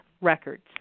records